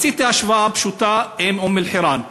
עשיתי השוואה פשוטה עם אום-אלחיראן.